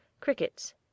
CRICKETS